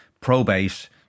probate